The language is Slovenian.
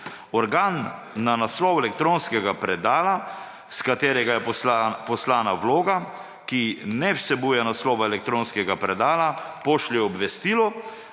Organ na naslov elektronskega predala, s katerega je poslana vloga, ki ne vsebuje naslova elektronskega predala, pošlje obvestilo,